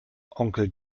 onkel